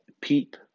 Peep